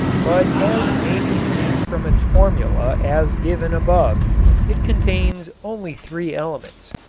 but as may be seen from its formula as given above it contains only three elements,